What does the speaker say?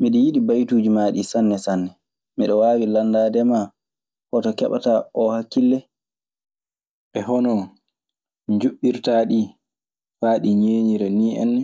"Miɗe yiɗi baytuuji maa ɗii sanne sanne. Miɗe waawi landaade ma hoto keɓataa oo hakkille? E hono njuɓɓirtaaɗi faa ɗi ñeeñira nii enna?